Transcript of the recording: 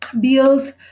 bills